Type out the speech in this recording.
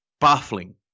baffling